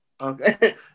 Okay